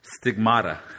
stigmata